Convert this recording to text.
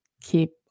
keep